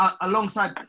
alongside